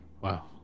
wow